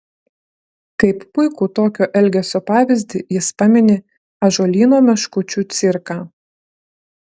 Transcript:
kaip puikų tokio elgesio pavyzdį jis pamini ąžuolyno meškučių cirką